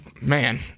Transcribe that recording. man